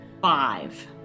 Five